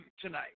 tonight